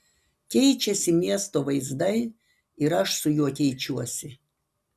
keičiasi miesto vaizdai ir aš su juo keičiuosi